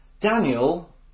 Daniel